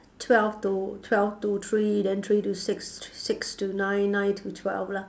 twelve to twelve to three then three to six six to nine nine to twelve lah